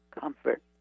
comfort